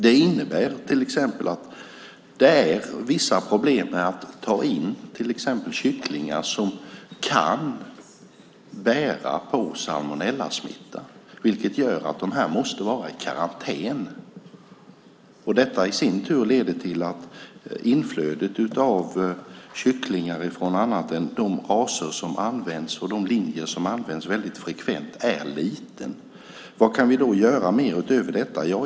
Det innebär till exempel att det är vissa problem att ta in kycklingar som kan bära på salmonellasmitta. Därför måste de vara i karantän, och detta leder i sin tur till att inflödet av kycklingar av andra raser och linjer än de som används frekvent är litet. Vad kan vi då göra utöver detta?